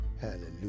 Hallelujah